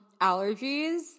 allergies